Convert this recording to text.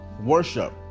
worship